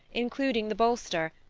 including the bolster,